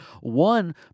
One